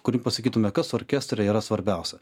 kurį pasakytume kas orkestre yra svarbiausia